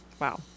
Wow